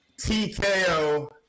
TKO